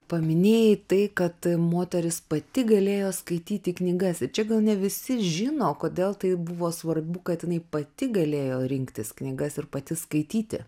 paminėjai tai kad moteris pati galėjo skaityti knygas čia gal ne visi žino kodėl tai buvo svarbu kad jinai pati galėjo rinktis knygas ir pati skaityti